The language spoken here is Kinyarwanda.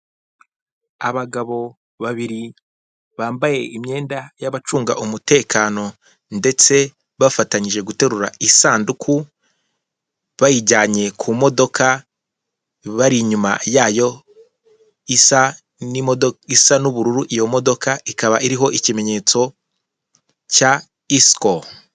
Abagabo babiri bambaye imyenda y'abacunga umutekano ndetse bafatanyije guterura isanduku, bayijyanye ku modoka, bari inyuma yayo, isa n'ubururu, iyo modoka ikaba iriho ikimenyetso cya Isiko.